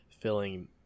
filling